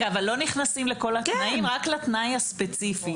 לא נכנסים לכל התנאים, רק לתנאי הספציפי.